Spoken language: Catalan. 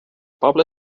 poble